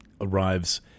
arrives